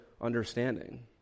understanding